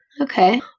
Okay